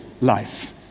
life